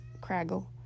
Craggle